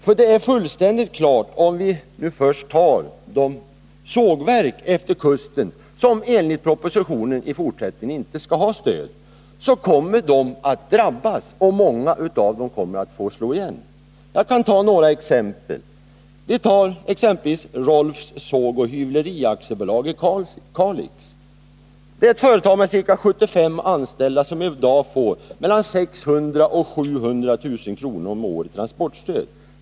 Om jag först tar de sågverk efter kusten som enligt propositionen i fortsättningen inte skall ha stöd, är det fullt klart att de kommer att drabbas, och många av dem kommer att få slå igen. Jag kan ta ett exempel. Rolfs Såg & Hyvleri ABi Kalix är ett företag med ca 75 anställda som i dag får mellan 600 000 och 700 000 kr. om året i transportstöd.